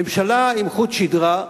ממשלה עם חוט שדרה,